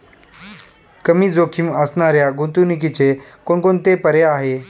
कमी जोखीम असणाऱ्या गुंतवणुकीचे कोणकोणते पर्याय आहे?